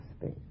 space